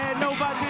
nobody